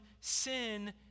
sin